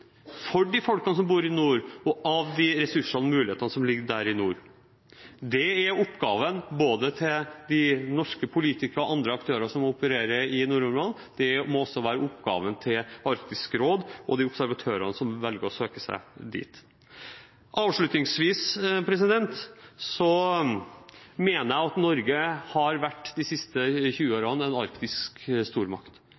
og av ressursene og mulighetene som ligger i nord. Det er oppgaven til norske politikere og andre aktører som opererer i nordområdene, og må også være oppgaven til Arktisk råd og observatørene som velger å søke seg dit. Avslutningsvis mener jeg Norge de siste 20 årene har vært